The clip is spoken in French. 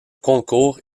concours